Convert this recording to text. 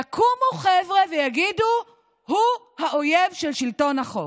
יקומו חבר'ה ויגידו: הוא האויב של שלטון החוק.